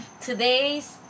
today's